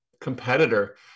competitor